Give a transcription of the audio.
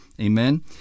Amen